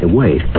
wait